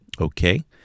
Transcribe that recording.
okay